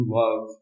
love